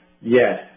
yes